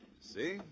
See